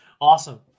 Awesome